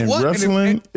wrestling